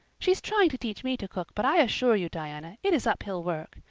she is trying to teach me to cook but i assure you, diana, it is uphill work.